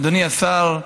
אדוני השר,